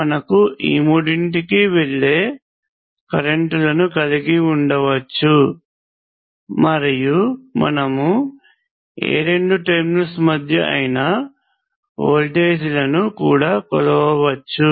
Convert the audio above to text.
మనకు ఈ మూడింటికి వెళ్ళే కరెంటులను కలిగి ఉండవచ్చు మరియు మనము ఏ రెండు టెర్మినల్స్ మధ్య అయినా వోల్టేజ్లను కూడా కొలవవచ్చు